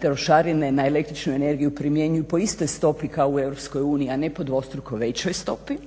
trošarine na električnu energiju primjenjuju po istoj stopi kao u Europskoj uniji, a ne po dvostruko većoj stopi